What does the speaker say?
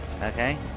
Okay